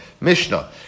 Mishnah